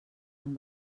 amb